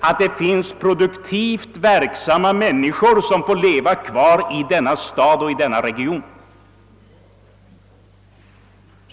att det finns produktivt verksamma människor, som får leva kvar i denna stad och i denna region.